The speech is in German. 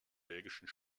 belgischen